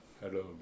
Hello